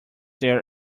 their